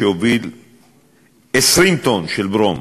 שהוביל 20 טונות של ברום,